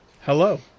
Hello